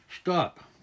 Stop